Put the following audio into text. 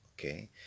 okay